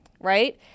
Right